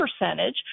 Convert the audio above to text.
percentage